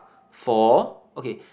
for okay